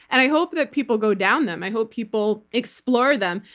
and i hope that people go down them. i hope people explore them,